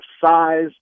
size